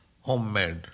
Homemade